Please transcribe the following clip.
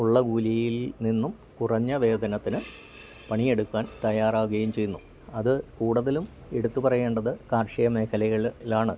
ഉള്ള കൂലിയിൽനിന്നും കുറഞ്ഞ വേതനത്തിനു പണിയെടുക്കാൻ തയ്യാറാവുകയും ചെയ്യുന്നു അതു കൂടുതലും എടുത്തുപറയേണ്ടതു കാർഷിക മേഖലകളിലാണ്